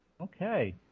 Okay